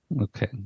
Okay